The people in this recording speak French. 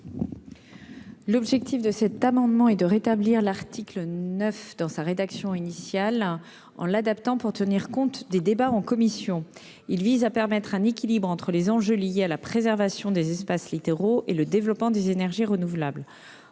L'objet de cet amendement est de rétablir l'article 9 dans sa rédaction initiale, en l'adaptant pour tenir compte des débats en commission. L'amendement vise à permettre un équilibre entre les enjeux liés à la préservation des espaces littoraux et le développement des énergies renouvelables.